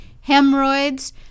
hemorrhoids